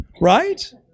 Right